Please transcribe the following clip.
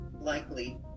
likely